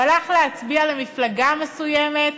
הוא הלך להצביע למפלגה מסוימת,